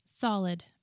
Solid